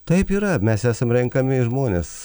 taip yra mes esam renkami žmonės